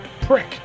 prick